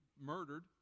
murdered